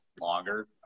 longer